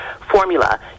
formula